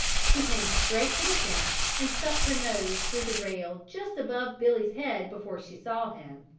she came straight to the fence and stuck her nose through the rail just above billy's head before she saw him.